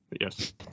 Yes